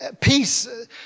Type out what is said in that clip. Peace